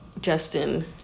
Justin